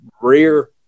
rear